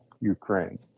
Ukraine